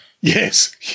yes